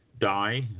die